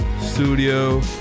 studio